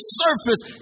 surface